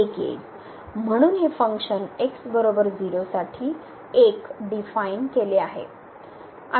म्हणून हे फंक्शनx 0 साठी 1 डीफाइन केले आहे